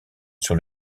sur